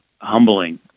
humbling